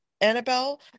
Annabelle